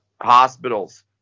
hospitals